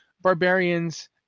Barbarians